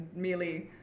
merely